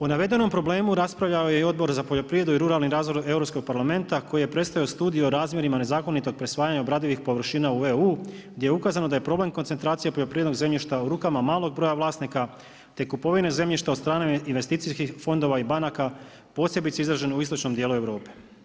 O navedenom problemu raspravljao je i Odbor za poljoprivredu i ruralni razvoj Europskog parlamenta koji je predstavio Studiju o razmjerima nezakonitog prisvajanja obradivih površina u EU gdje je ukazano da je problem koncentracije poljoprivrednog zemljišta u rukama malog broja vlasnika te kupovine zemljišta od strane investicijskih fondova i banaka, posebice izraženom u istočnom dijelu Europe.